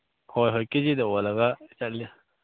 ꯍꯣꯏ ꯍꯣꯏ ꯀꯦ ꯖꯤꯗ ꯑꯣꯜꯂꯒ ꯆꯠꯂꯤ